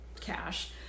cash